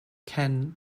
ken